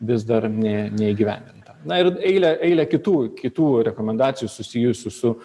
vis dar ne neįgyvendinta na ir eilė eilė kitų kitų rekomendacijų susijusių su